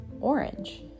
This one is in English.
orange